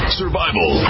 survival